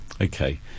Okay